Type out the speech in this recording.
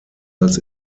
als